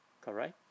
Correct